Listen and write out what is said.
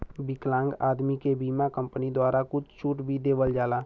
विकलांग आदमी के बीमा कम्पनी द्वारा कुछ छूट भी देवल जाला